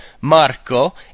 Marco